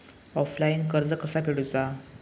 Offline कर्ज कसा फेडूचा?